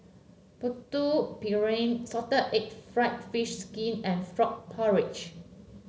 Putu Piring Salted Egg fried fish skin and Frog Porridge